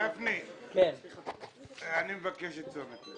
גפני, אני מבקש את תשומת הלב.